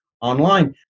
online